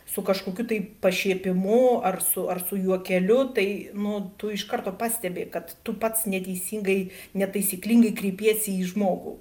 su kažkokiu tai pašiepimu ar su ar su juokeliu tai nu tu iš karto pastebi kad tu pats neteisingai netaisyklingai kreipiesi į žmogų